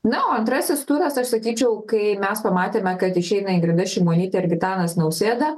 na o antrasis turas aš sakyčiau kai mes pamatėme kad išeina ingrida šimonytė ir gitanas nausėda